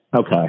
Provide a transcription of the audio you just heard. Okay